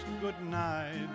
goodnight